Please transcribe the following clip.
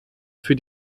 für